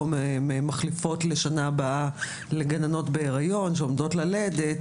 מחליפות לשנה הבאה לגננות בהיריון שעומדות ללדת,